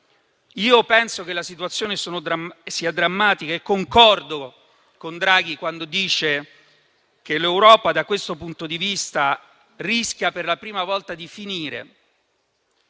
io penso che la situazione sia drammatica, e concordo con Draghi quando dice che l'Europa, da questo punto di vista, rischia per la prima volta di finire.